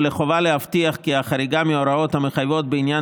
ולחובה להבטיח כי החריגה מההוראות המחייבות בעניין